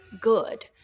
good